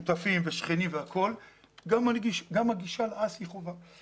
שאנחנו שותפים ושכנים, גם הגישה להאסי היא חובה.